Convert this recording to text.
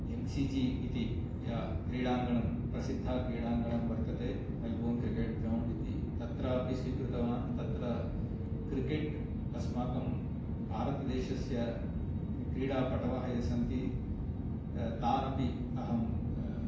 M C G इति क्रीडाङ्गनं प्रसिद्धा क्रीडाङ्गनं वर्तते मेलबोर्न् क्रिकेट् ग्रौण्ड् इति तत्र अपि स्वीकृतवान् तत्र क्रिकेट् अस्माकं भारतदेशस्य क्रीडा पटवः ये सन्ति तान् अपि अहं